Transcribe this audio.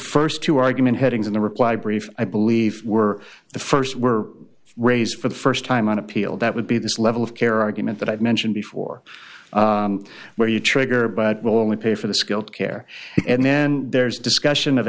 the st two argument headings in the reply brief i believe were the st were raised for the st time on appeal that would be this level of care argument that i've mentioned before where you trigger but will only pay for the skilled care and then there's discussion of